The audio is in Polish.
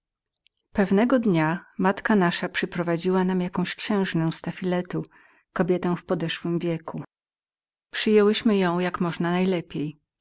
pewnego dnia matka nasza przyprowadziła nam jakąś księżnę z tafiletu kobietę podeszłą już w lata przyjęłyśmy ją jak można najlepiej